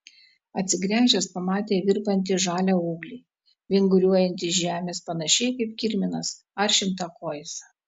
atsigręžęs pamatė virpantį žalią ūglį vinguriuojantį iš žemės panašiai kaip kirminas ar šimtakojis